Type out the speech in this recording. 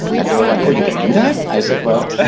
and they were like, oh! you could do that? i said, well,